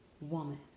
woman